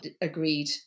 agreed